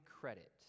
credit